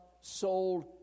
sold